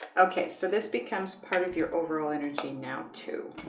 okay, so this becomes part of your overall energy now, too